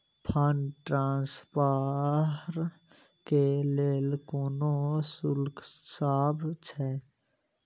Fund transfer केँ लेल कोनो शुल्कसभ छै?